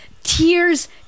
tears